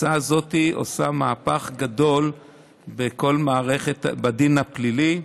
ההצעה הזאת עושה מהפך גדול בכל מערכת הדין הפלילי.